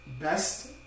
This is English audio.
best